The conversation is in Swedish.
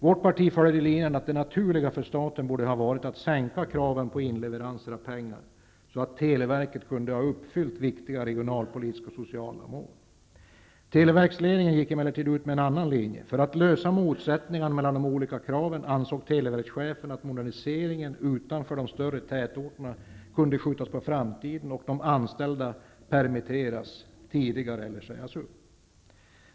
Vårt parti följer linjen att det naturliga för staten borde ha varit att sänka kraven på inleveranser av pengar, så att televerket kunde ha uppfyllt viktigare regionalpolitiska och sociala mål. Televerksledningen gick emellertid ut med en annan linje. För att lösa motsättningen mellan de olika kraven ansåg televerkschefen att moderniseringen utanför de större tätorterna kunde skjutas på framtiden, och de anställda kunde permitteras tidigare eller sägas upp.